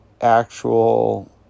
actual